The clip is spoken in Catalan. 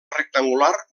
rectangular